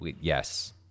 Yes